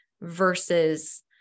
versus